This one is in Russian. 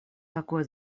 какое